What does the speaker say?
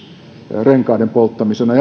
renkaiden polttamisena